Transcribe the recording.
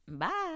Bye